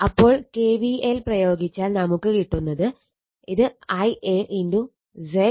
അപ്പോൾ KVL പ്രയോഗിച്ചാൽ നമുക്ക് കിട്ടുന്നത് ഇത് Ia ZY ആണ്